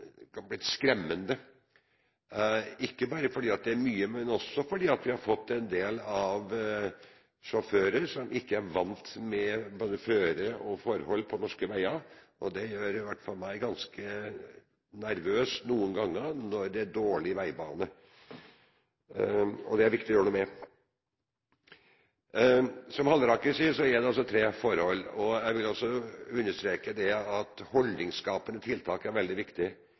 vant med både føret og forholdene ellers på norske veier. Det gjør i hvert fall meg ganske nervøs noen ganger når det er dårlig veibane. Og det er det viktig å gjøre noe med. Som representanten Halleraker sier, dreier det seg om tre forhold. Jeg vil også understreke at holdningsskapende tiltak er veldig viktig.